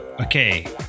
okay